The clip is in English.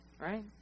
Right